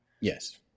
Yes